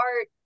art